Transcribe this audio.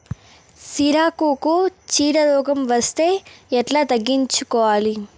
సిరాకుకు చీడ రోగం వస్తే ఎట్లా తగ్గించుకోవాలి?